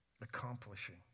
Accomplishing